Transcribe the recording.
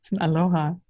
aloha